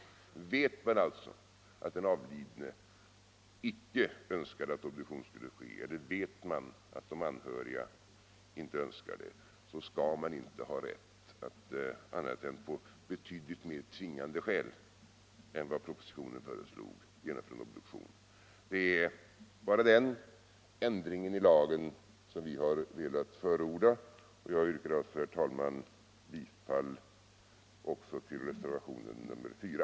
Vet man alltså att den avlidne inte önskade att obduktion skulle ske eller att de anhöriga inte önskar detta, skall man inte annat än på betydligt mer tvingande grunder än propositionen föreslår ha rätt att genomföra en obduktion. Det är bara den ändringen i lagen som vi har velat förorda. Jag yrkar, herr talman, också bifall till reservationen 4.